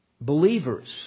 Believers